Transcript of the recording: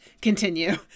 continue